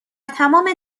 تمام